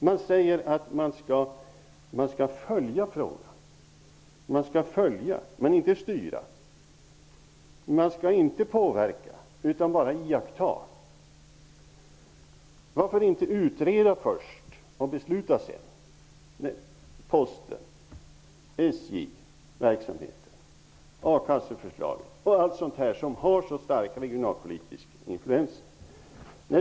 Man säger att man skall följa frågan. Man skall alltså följa men inte styra. Man skall inte påverka utan bara iaktta. Varför inte utreda först och besluta sedan? Det handlar om Postens och SJ:s verksamhet och om akasseförslaget. Allt detta har starka regionalpolitiska influenser.